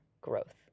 growth